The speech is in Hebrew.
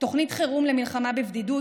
תוכנית חירום למלחמה בבדידות,